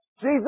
Jesus